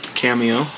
cameo